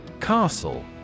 Castle